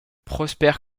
prosper